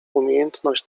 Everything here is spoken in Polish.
umiejętność